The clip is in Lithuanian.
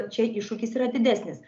čia iššūkis yra didesnis